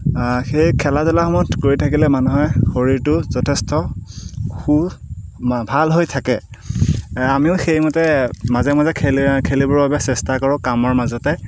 সেই খেলা ধূলাসমূহ কৰি থাকিলে মানুহে শৰীৰটো যথেষ্ট সু ভাল হৈ থাকে আমিও সেইমতে মাজে মাজে খেলে খেলিবৰ বাবে চেষ্টা কৰোঁ কামৰ মাজতে